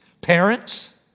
Parents